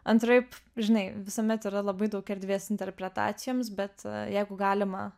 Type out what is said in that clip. antraip žinai visuomet yra labai daug erdvės interpretacijoms bet jeigu galima